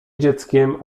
dzieckiem